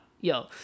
Yo